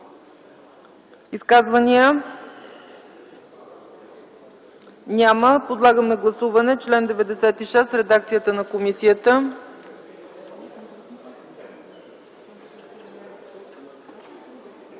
изказвания? Няма. Подлагам на гласуване чл. 100 в редакцията на комисията.